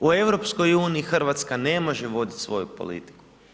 U EU-u Hrvatska ne može voditi svoju politiku.